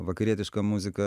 vakarietiška muzika